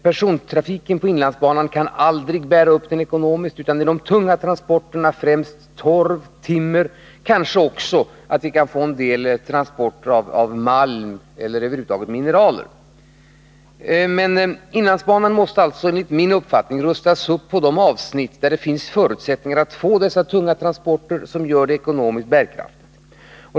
Persontrafiken på inlandsbanan kan aldrig bära upp denna ekonomiskt, utan det är de tunga transporterna som kan göra det — främst transporter av torv och timmer och kanske också en del transporter av malm eller över huvud taget mineraler. Inlandsbanan måste alltså enligt min uppfattning rustas upp på de avsnitt där det finns förutsättningar att få sådana tunga transporter som gör den ekonomiskt bärkraftig.